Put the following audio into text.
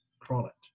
product